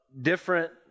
different